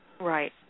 Right